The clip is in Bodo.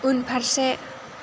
उनफारसे